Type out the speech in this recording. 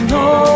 no